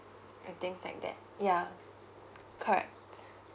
and things like that yeah correct